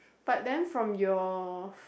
but then from your